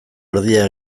erdia